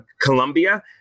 Colombia